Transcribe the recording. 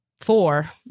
four